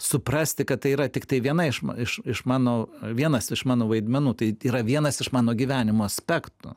suprasti kad tai yra tiktai viena iš iš mano vienas iš mano vaidmenų tai yra vienas iš mano gyvenimo aspektų